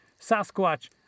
Sasquatch